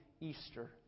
Easter